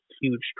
huge